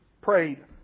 prayed